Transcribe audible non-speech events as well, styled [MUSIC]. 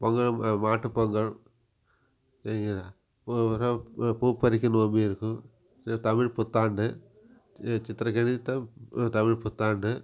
பொங்கல் மா மாட்டு பொங்கல் [UNINTELLIGIBLE] பூ பறிக்கும் நோம்பி இருக்கும் இல்லை தமிழ் புத்தாண்டு சித்திரக்கனி தமிழ் தமிழ் புத்தாண்டு